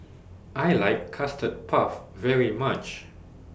I like Custard Puff very much